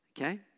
Okay